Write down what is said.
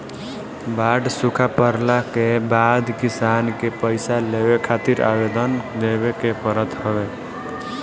बाढ़ सुखा पड़ला के बाद किसान के पईसा लेवे खातिर आवेदन देवे के पड़त हवे